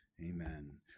amen